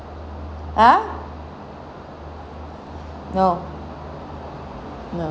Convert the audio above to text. !huh! no no